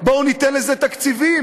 בואו ניתן לזה תקציבים,